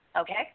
Okay